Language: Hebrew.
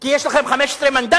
כי יש לכם 15 מנדטים?